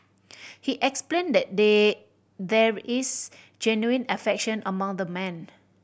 he explained that they there is genuine affection among the men